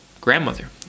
grandmother